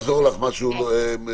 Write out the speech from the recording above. אני יכול לעזור לך במשהו לא מקצועי,